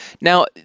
now